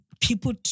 People